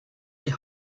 die